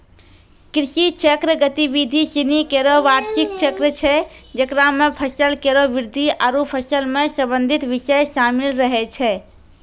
कृषि चक्र गतिविधि सिनी केरो बार्षिक चक्र छै जेकरा म फसल केरो वृद्धि आरु फसल सें संबंधित बिषय शामिल रहै छै